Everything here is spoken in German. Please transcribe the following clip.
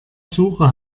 suche